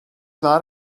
not